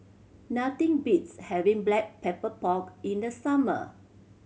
nothing beats having Black Pepper Pork in the summer